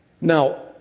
Now